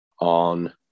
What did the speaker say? on